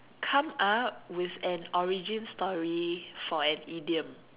come up with an origin story for an idiom